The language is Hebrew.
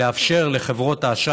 לאפשר לחברות האשראי,